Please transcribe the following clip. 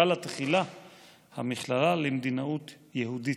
לה תחילה "המכללה למדינאות יהודית".